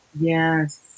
Yes